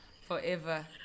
forever